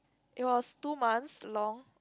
it was two months long